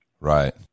Right